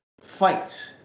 fight